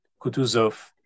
Kutuzov